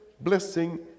blessing